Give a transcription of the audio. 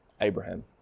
Abraham